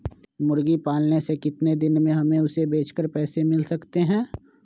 मुर्गी पालने से कितने दिन में हमें उसे बेचकर पैसे मिल सकते हैं?